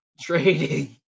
trading